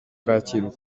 kacyiru